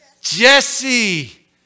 Jesse